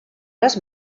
les